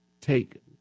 take